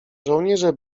żołnierze